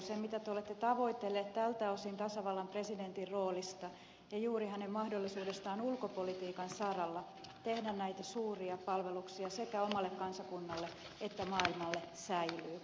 se mitä te olette tavoitellut tältä osin tasavallan presidentin roolista ja juuri hänen mahdollisuudestaan ulkopolitiikan saralla tehdä näitä suuria palveluksia sekä omalle kansakunnalle että maailmalle säilyy